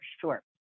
sure